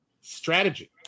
Strategy